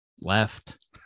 left